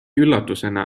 üllatusena